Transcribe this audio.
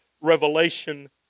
revelation